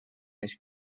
ice